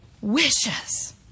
wishes